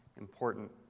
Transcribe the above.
important